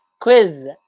quiz